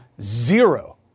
zero